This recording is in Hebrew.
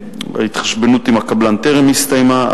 ההתחשבנות עם הקבלן טרם נסתיימה,